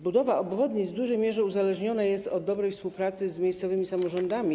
Budowa obwodnic w dużej mierze uzależniona jest od dobrej współpracy z miejscowymi samorządami.